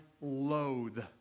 loathe